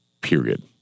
period